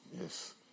yes